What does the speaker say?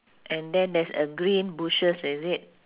and then there's a green bushes is it